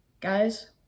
guys